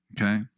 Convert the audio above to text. okay